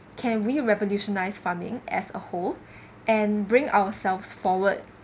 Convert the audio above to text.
can we revolutionise farming as a whole and bring ourselves forward